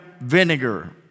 vinegar